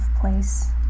place